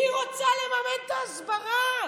היא רוצה לממן את ההסברה.